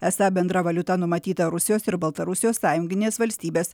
esą bendra valiuta numatyta rusijos ir baltarusijos sąjunginės valstybės